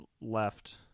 left